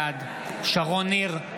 בעד שרון ניר,